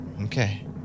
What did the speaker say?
Okay